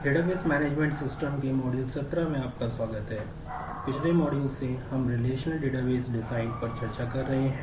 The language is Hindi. डेटाबेस मैनेजमेंट सिस्टम पर चर्चा कर रहे हैं